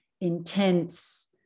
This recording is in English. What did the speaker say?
intense